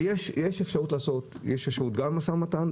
ויש אפשרות גם למשא ומתן,